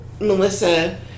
Melissa